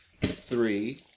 three